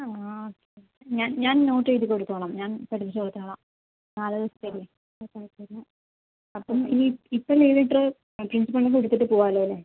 ആ ആ ഞാൻ ഞാൻ നോട്ട് എഴുതി കൊടുത്തോളാം ഞാൻ പഠിപ്പിച്ച് കൊടുത്തോളാം നാല് ദിവസത്തെ അല്ലേ അപ്പോൾ തരുന്ന അപ്പം ഈ ഇപ്പം ചെയ്തിട്ട് പ്രിൻസിപ്പലിന് കൊടുത്തിട്ട് പോവാല്ലോ അല്ലേ